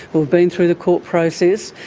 who have been through the court process,